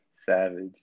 Savage